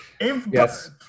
Yes